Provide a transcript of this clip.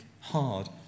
hard